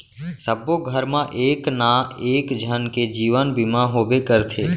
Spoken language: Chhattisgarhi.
सबो घर मा एक ना एक झन के जीवन बीमा होबे करथे